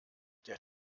der